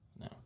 No